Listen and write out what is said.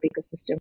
ecosystem